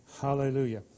Hallelujah